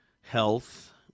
health